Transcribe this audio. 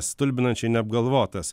stulbinančiai neapgalvotas